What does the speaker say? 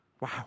Wow